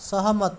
सहमत